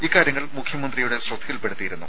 ഇക്കാര്യങ്ങൾ മുഖ്യമന്ത്രിയുടെ ശ്രദ്ധയിൽപ്പെടുത്തിയിരുന്നു